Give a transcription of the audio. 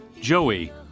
Joey